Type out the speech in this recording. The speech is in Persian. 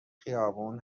خیابون